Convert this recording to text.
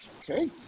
Okay